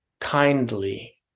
kindly